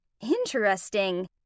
interesting